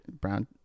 brown